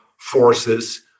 forces